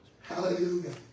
Hallelujah